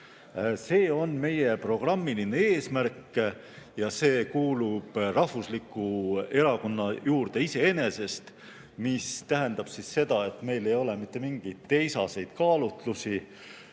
See on meie programmiline eesmärk ja see kuulub rahvusliku erakonna juurde iseenesest. See tähendab seda, et meil ei ole mitte mingeid teiseseid kaalutlusi,